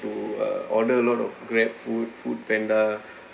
to uh order a lot of GrabFood Foodpanda